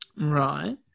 right